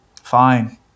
Fine